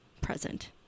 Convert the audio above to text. present